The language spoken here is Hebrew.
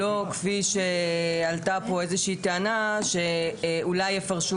שלא כפי שעלתה כאן איזושהי טענה שאולי יפרשו